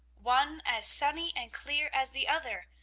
one as sunny and clear as the other,